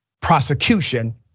prosecution